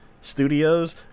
studios